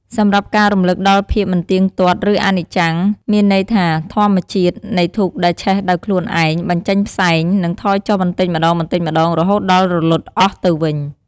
សម្រាប់ការរំលឹកដល់ភាពមិនទៀងទាត់ ឬអនិច្ចំ មានន័យថាធម្មជាតិនៃធូបដែលឆេះដោយខ្លួនឯង បញ្ចេញផ្សែង និងថយចុះបន្តិចម្តងៗ រហូតដល់រលត់អស់ទៅវិញ ។